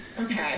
Okay